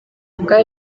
bwa